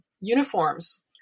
uniforms